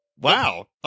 Wow